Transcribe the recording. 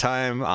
Time